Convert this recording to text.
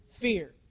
Fear